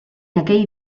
aquell